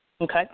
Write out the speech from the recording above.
Okay